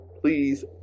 Please